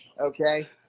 okay